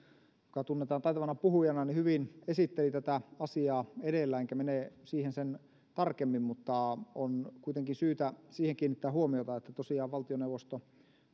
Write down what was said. joka tunnetaan taitavana puhujana hyvin esitteli tätä asiaa edellä enkä mene siihen sen tarkemmin on kuitenkin syytä kiinnittää huomiota siihen että tosiaan valtioneuvosto